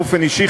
באופן אישי,